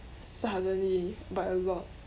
suddenly by a lot